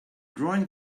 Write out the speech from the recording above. drawing